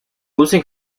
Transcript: losing